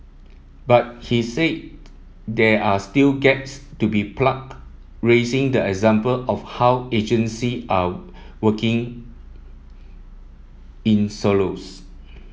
but he said there are still gaps to be plugged raising the example of how agency are working in silos